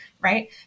right